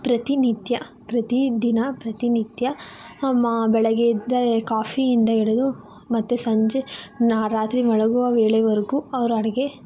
ಪ್ರತಿನಿತ್ಯ ಪ್ರತಿದಿನ ಪ್ರತಿನಿತ್ಯ ನಮ್ಮ ಬೆಳಗ್ಗೆ ಎದ್ದೆ ಕಾಫಿಯಿಂದ ಹಿಡಿದು ಮತ್ತೆ ಸಂಜೆ ನಾ ರಾತ್ರಿ ಮಲಗುವ ವೇಳೆವರೆಗೂ ಅವರ ಅಡುಗೆ